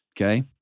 Okay